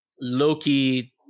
Loki